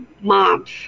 moms